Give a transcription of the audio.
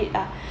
lah